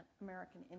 American